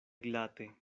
glate